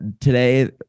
today